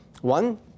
One